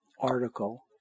article